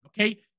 Okay